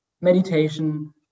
meditation